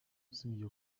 usibye